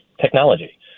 technology